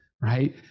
Right